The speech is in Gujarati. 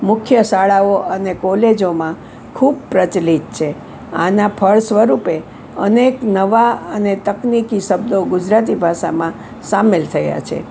મુખ્ય શાળાઓ અને કોલેજોમાં ખૂબ પ્રચલિત છે આના ફળસ્વરૂપે અનેક નવા અને તકનિકી શબ્દો ગુજરાતી ભાષામાં સામેલ થયા છે